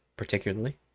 particularly